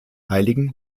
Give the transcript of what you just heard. heiligen